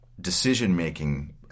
decision-making –